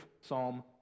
Psalm